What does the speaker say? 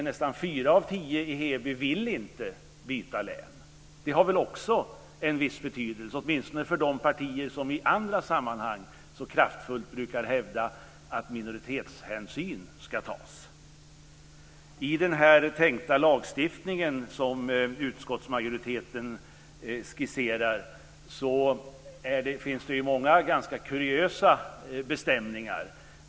Nästan 4 av 10 i Heby vill ju inte byta län. Det har väl också en viss betydelse, åtminstone för de partier som i andra sammanhang så kraftfullt brukar hävda att minoritetshänsyn ska tas. I den tänkta lagstiftning som utskottsmajoriteten skisserar finns det många ganska kuriösa bestämningar.